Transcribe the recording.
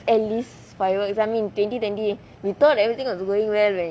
at least fireworks I mean twenty twenty we thought everything was going well when